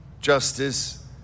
justice